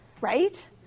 right